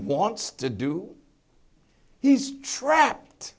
wants to do he's trapped